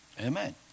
Amen